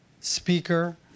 Speaker